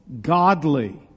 godly